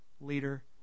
leader